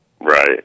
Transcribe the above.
Right